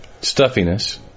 stuffiness